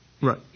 right